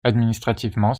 administrativement